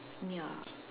ya